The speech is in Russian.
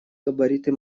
габариты